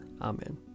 Amen